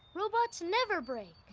robots never break.